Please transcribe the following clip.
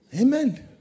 Amen